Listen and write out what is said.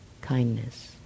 kindness